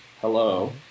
Hello